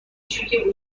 کاری